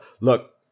Look